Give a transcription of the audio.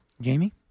Jamie